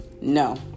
No